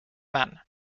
man